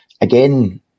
again